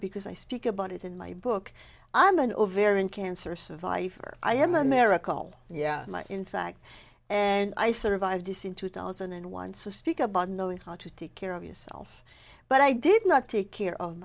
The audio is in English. because i speak about it in my book i'm an ovarian cancer survivor i am americal yeah in fact and i survived this in two thousand and one so speak about knowing how to take care of yourself but i did not take care of